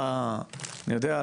אני יודע,